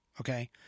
Okay